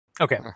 Okay